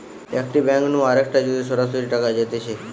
একটি ব্যাঙ্ক নু আরেকটায় যদি সরাসরি টাকা যাইতেছে